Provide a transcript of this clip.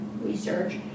research